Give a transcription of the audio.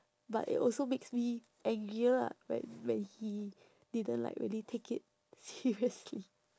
but it also makes me angrier lah when when he didn't like really take it seriously